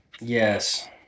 Yes